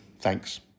Thanks